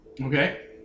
Okay